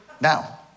now